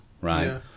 right